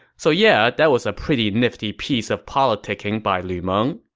so yeah, that was a pretty nifty piece of politicking by lu meng.